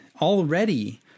already